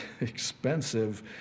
expensive